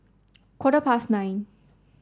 quarter past nine